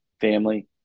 family